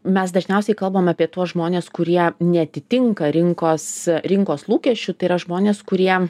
mes dažniausiai kalbame apie tuos žmones kurie neatitinka rinkos rinkos lūkesčių tai yra žmonės kurie